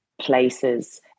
places